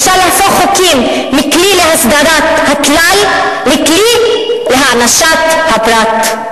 אפשר להפוך חוקים מכלי להסדרת הכלל לכלי להענשת הפרט,